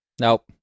Nope